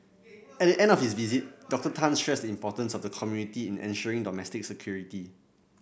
at the end of his visit Doctor Tan stressed the importance of the community in ensuring domestic security